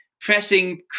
pressing